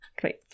Great